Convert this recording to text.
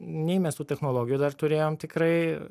nei mes tų technologijų dar turėjom tikrai